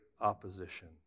opposition